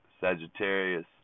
Sagittarius